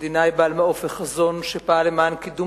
מדינאי בעל מעוף וחזון שפעל למען קידום